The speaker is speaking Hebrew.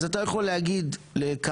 אז אתה יכול להגיד לכריש,